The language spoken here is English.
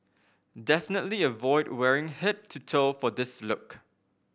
definitely avoid wearing head to toe for this look